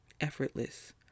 Effortless